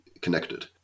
connected